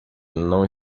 não